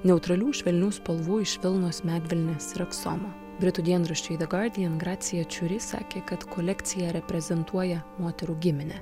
neutralių švelnių spalvų iš vilnos medvilnės ir aksomo britų dienraščiui the guardian gracija čiuri sakė kad kolekcija reprezentuoja moterų giminę